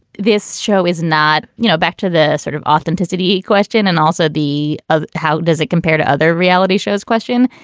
this show is not, you know, back to this sort of authenticity question. and also the of how does it compare to other reality shows question.